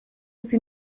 sie